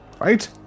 Right